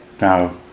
Now